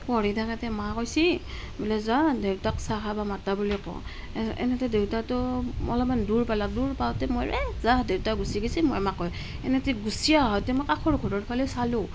পঢ়ি থাকোঁতে মায়ে কৈছে বোলে যা দেউতাক চাহ খাব মতা বুলি ক' এনেতে দেউতাতো অলপমান দূৰ পালাক দূৰ পাওঁতে মই এ যাহ দেউতা গুছি গৈছে মই মাক কৈ আহোঁ এনেতে গুছি আহোঁতে মই কাষৰ ঘৰৰ ফালে চালোঁ